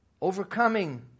overcoming